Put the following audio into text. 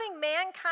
mankind